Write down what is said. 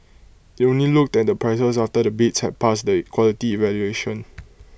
IT only looked at the prices after the bids had passed the quality evaluation